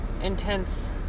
intense